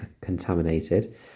contaminated